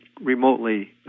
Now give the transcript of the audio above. remotely